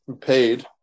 paid